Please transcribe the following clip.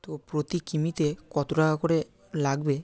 তো প্রতি কিমিতে কতো টাকা করে লাগবে